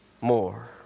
more